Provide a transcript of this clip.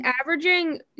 averaging